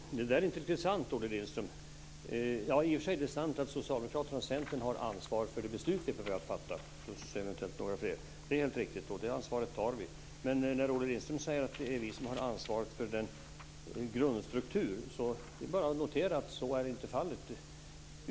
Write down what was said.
Fru talman! Det där är inte riktigt sant, Olle Lindström! Ja, i och för sig är det sant att Socialdemokraterna och Centern har ansvaret för det beslut som vi är på väg att fatta - plus eventuellt några fler. Det är alltså helt riktigt, och det ansvaret tar vi. Men när Olle Lindström säger att vi har ansvaret för grundstrukturen får jag notera att så inte är fallet.